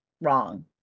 wrong